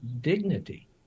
dignity